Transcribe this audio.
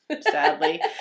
Sadly